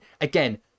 Again